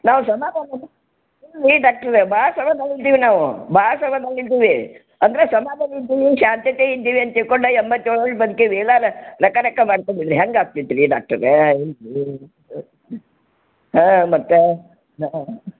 ನಾವು ರೀ ಡಾಕ್ಟ್ರೇ ಭಾಳ ಸಮಾಧಾನ ಇದ್ದೀವಿ ನಾವು ಭಾಳ ಸಮಾಧಾನ ಇದ್ದೀವಿ ಅಂದರೆ ಸಮಾಧಾನ ಇದ್ದೀವಿ ಶಾಂತತೆ ಇದ್ದೀವಿ ಅಂತ ತಿಳ್ಕೊಂಡೆ ಎಂಬತ್ತೇಳು ಬದ್ಕೀವಿ ಇಲ್ಲಾರೆ ಮಾಡ್ಕೊಂಡಿದ್ದರೆ ಹೆಂಗೆ ಆಗ್ತಿತ್ತು ರೀ ಡಾಕ್ಟರೇ ಹಾಂ ಮತ್ತೆ